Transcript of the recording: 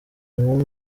ingumi